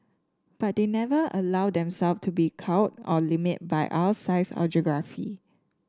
but they never allowed themself to be cowed or limited by our size or geography